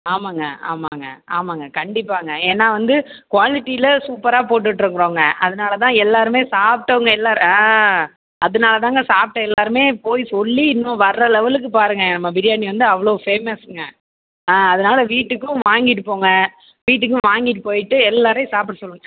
ஆமாங்க அமாங்க ஆமாங்க கண்டிப்பாங்க ஏன்னா வந்து குவாலிட்டியில் சூப்பராக போட்டிட்டிருக்கோம்ங்க அதனால தான் எல்லோருமே சாப்பிட்டவங்க எல்லாரும் ஆ அதனால தாங்க சாப்பிட்ட எல்லோருமே போய் சொல்லி இன்னும் வர லெவலுக்கு பாருங்கள் நம்ம பிரியாணி வந்து அவ்வளவு ஃபேமஸுங்க அ அதனால் வீட்டுக்கும் வாங்கிட்டு போங்க வீட்டுக்கும் வாங்கிட்டு போயிட்டு எல்லோரையும் சாப்பிட சொல்லுங்கள்